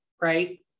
right